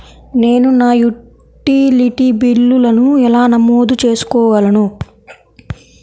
నేను నా యుటిలిటీ బిల్లులను ఎలా నమోదు చేసుకోగలను?